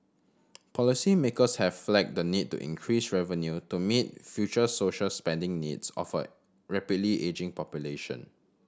policymakers have flagged the need to increase revenue to meet future social spending needs of a rapidly ageing population